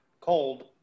Cold